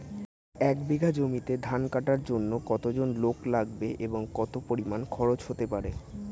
এক বিঘা জমিতে ধান কাটার জন্য কতজন লোক লাগবে এবং কত পরিমান খরচ হতে পারে?